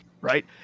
right